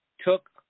took